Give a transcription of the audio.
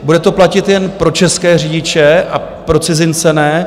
Bude to platit jen pro české řidiče a pro cizince ne?